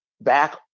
back